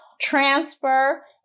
transfer